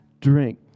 drink